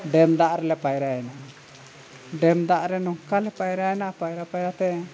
dam ᱫᱟᱜ ᱨᱮᱞᱮ ᱯᱟᱭᱨᱟᱭᱮᱱᱟ ᱰᱮᱢ ᱫᱟᱜ ᱨᱮ ᱱᱚᱝᱠᱟ ᱞᱮ ᱯᱟᱭᱨᱟᱭᱮᱱᱟ ᱯᱟᱭᱨᱟ ᱯᱟᱭᱨᱟ ᱛᱮ